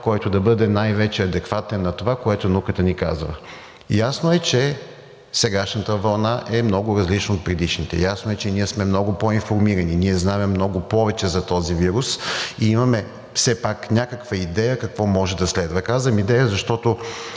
който да бъде най-вече адекватен на това, което науката ни казва. Ясно е, че сегашната вълна е много различна от предишните. Ясно е че ние сме много по-информирани, ние знаме много повече за този вирус и имаме все пак някаква идея какво може да следва. Казвам идея, защото